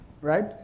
right